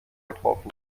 getroffen